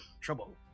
trouble